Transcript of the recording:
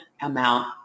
amount